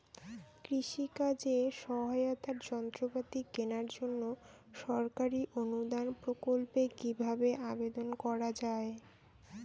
কৃষি কাজে সহায়তার যন্ত্রপাতি কেনার জন্য সরকারি অনুদান প্রকল্পে কীভাবে আবেদন করা য়ায়?